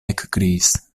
ekkriis